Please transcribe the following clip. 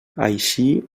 així